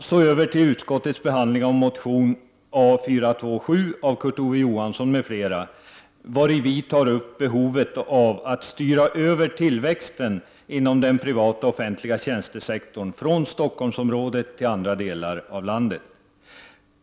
Så över till utskottets behandling av motion 1989/90:A427 av Kurt Ove Johansson m.fl., i vilken vi socialdemokrater tar upp behovet av att styra tillväxten inom den privata och offentliga tjänstesektorn från Stockholmsområdet till andra delar av landet.